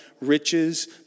riches